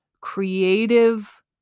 creative